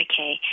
Okay